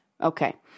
Okay